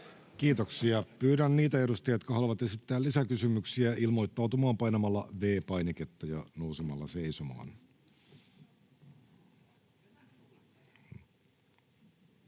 Kiitoksia. — Pyydän niitä edustajia, jotka haluavat esittää lisäkysymyksiä, ilmoittautumaan painamalla V-painiketta ja nousemalla seisomaan.